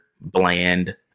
bland